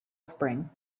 spring